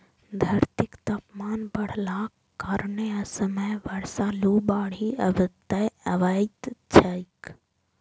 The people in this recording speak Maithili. धरतीक तापमान बढ़लाक कारणें असमय बर्षा, लू, बाढ़ि अबैत छैक